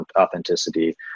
authenticity